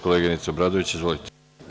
Koleginice Obradović, izvolite.